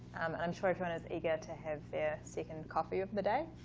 i'm sure everyone is eager to have their second coffee of the day.